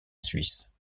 suisse